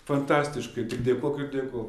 fantastiškai tik dėkok ir dėkok